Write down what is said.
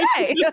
okay